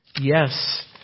yes